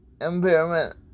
impairment